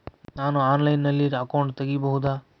ನಾನು ಆನ್ಲೈನಲ್ಲಿ ಅಕೌಂಟ್ ತೆಗಿಬಹುದಾ?